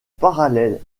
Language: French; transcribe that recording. parallèle